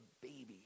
baby